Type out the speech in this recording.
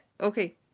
Okay